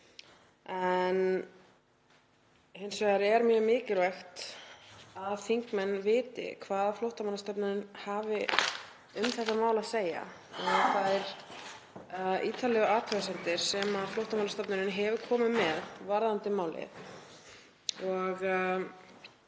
Hins vegar er mjög mikilvægt að þingmenn viti hvað Flóttamannastofnunin hefur um þetta mál að segja og um þær ítarlegu athugasemdir sem Flóttamannastofnun hefur komið með varðandi málið.